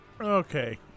okay